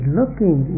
looking